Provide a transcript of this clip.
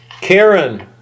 Karen